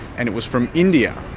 and it was from india.